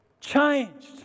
changed